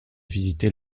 visiter